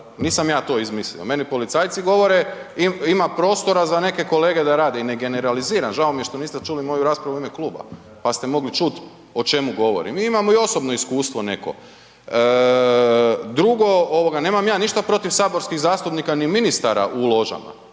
nisam ja to izmislio. Meni policajci govore, ima prostora za neke kolege da rada i ne generaliziram žao mi je što niste čuli moju raspravu u ime kluba, pa ste mogli čuti o čemu govorim. Imam i osobno iskustvo neko. Drugo, ovoga nemam ja ništa protiv saborskih zastupnika, ni ministara u ložama,